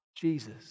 Jesus